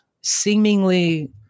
seemingly